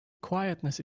quietness